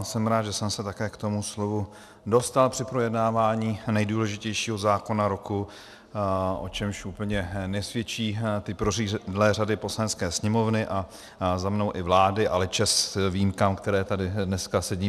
Jsem rád, že jsem se také k tomu slovu dostal při projednávání nejdůležitějšího zákona roku, o čemž úplně nesvědčí ty prořídlé řady Poslanecké sněmovny a za mnou i vlády, ale čest výjimkám, které tady dneska sedí.